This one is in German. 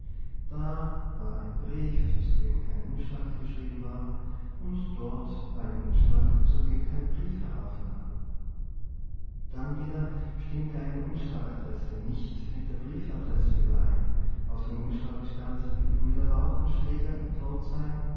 da war ein brief zu dem kein umschlag geschrieben war und dort war ein umschlag zu dem kein brief heraufkam dann wieder stimmte eine umschlagadresse nicht mit der briefadresse überein auf dem umschlag stand gebrüder lautenschläger in